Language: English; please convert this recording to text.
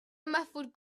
muffled